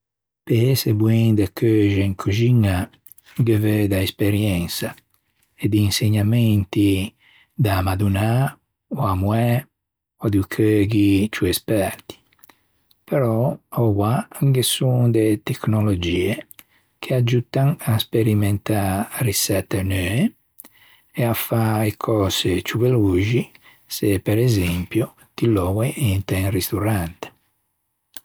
Pe ëse boin de cheuxe in cuxiña ghe veu da esperiensa e di insegnamenti da madonnâ, o a moæ, o di cheughi ciù esperti. Però oua ghe son de tecnologie che aggiuttan à sperimentâ riçette neue e à fâ e cöse ciù veloxi se per esempio ti loui inte un ristorante.